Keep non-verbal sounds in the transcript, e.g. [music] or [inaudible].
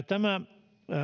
[unintelligible] tämä